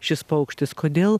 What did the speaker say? šis paukštis kodėl